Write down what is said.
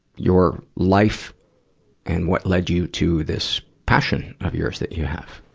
your life and what led you to this passion of yours that you have.